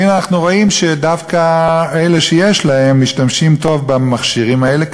והנה אנחנו רואים שדווקא אלה שיש להם משתמשים טוב במכשירים האלה.